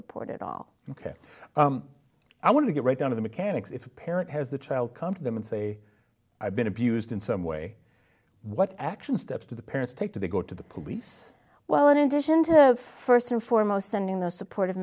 reported all ok i want to get right down to the mechanics if a parent has the child come to them and say i've been abused in some way what action steps to the parents take to they go to the police well in addition to first and foremost sending those supportive